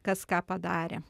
kas ką padarė